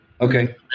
Okay